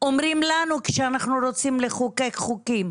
אומרים לנו כשאנחנו רוצים לחוקק חוקים.